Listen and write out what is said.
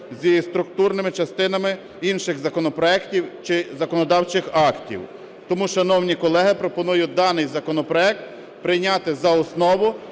зі структурними частинами інших законопроектів чи законодавчих актів. Тому, шановні колеги, пропоную даний законопроект прийняти за основу